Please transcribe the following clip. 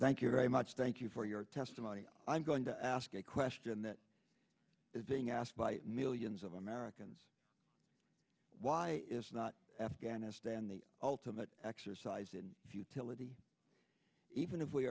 thank you very much thank you for your testimony i'm going to ask a question that is being asked by millions of americans why is not afghanistan the ultimate exercise in futility even if we